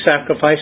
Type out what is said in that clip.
sacrifice